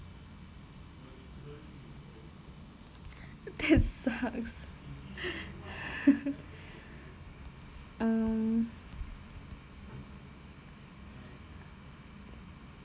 that sucks um